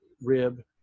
rib